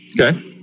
Okay